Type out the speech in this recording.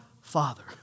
Father